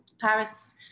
Paris